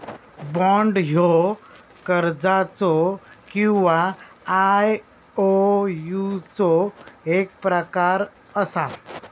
bond ह्यो कर्जाचो किंवा आयओयूचो एक प्रकार असा